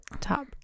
top